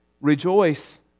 rejoice